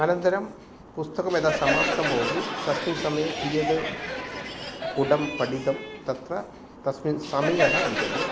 अनन्तरं पुस्तकं यदा समाप्तं भवति तस्मिन् समये कियत् पुटं पठितं तत्र तस्मिन् समयः लिखति